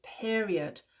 period